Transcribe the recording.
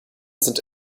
sind